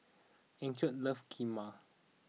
Enoch loves Kheema